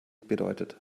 bedeutet